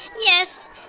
Yes